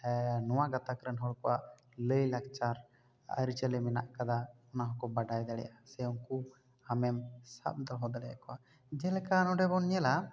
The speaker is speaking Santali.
ᱱᱚᱣᱟ ᱜᱟᱛᱟᱠ ᱨᱮᱱ ᱦᱚᱲ ᱠᱚᱣᱟᱜ ᱞᱟᱹᱭ ᱞᱟᱠᱪᱟᱨ ᱟᱹᱨᱤ ᱪᱟᱹᱞᱤ ᱢᱮᱱᱟᱜ ᱠᱟᱫᱟ ᱚᱱᱟ ᱦᱚᱸ ᱠᱚ ᱵᱟᱰᱟᱭ ᱫᱟᱲᱮᱭᱟᱜᱼᱟ ᱥᱮ ᱩᱱᱠᱩ ᱟᱢᱮᱢ ᱥᱟᱵ ᱫᱚᱦᱚ ᱫᱟᱲᱮᱭᱟ ᱠᱚᱣᱟ ᱡᱮᱞᱮᱠᱟ ᱱᱚᱰᱮ ᱵᱚᱱ ᱧᱮᱞᱟ